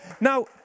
Now